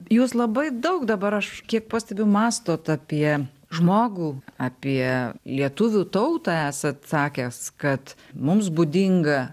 jūs labai daug dabar aš kiek pastebiu mąstote apie žmogų apie lietuvių tautą esat sakęs kad mums būdinga